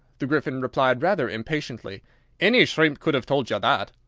the gryphon replied rather impatiently any shrimp could have told you that.